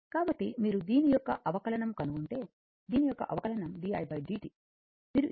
కాబట్టి మీరు దీని యొక్క అవకలనం కనుగొంటే దీని యొక్క అవకలనం di dt